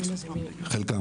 חלקם